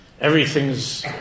Everything's